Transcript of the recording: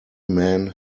man